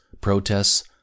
protests